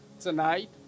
tonight